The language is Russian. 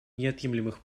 неотъемлемых